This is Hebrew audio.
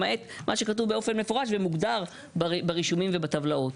למעט מה שכתוב באופן מפורש ומוגדר ברישומים ובטבלאות.